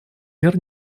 мер